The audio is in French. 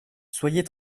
soyez